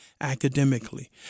academically